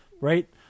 Right